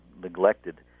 neglected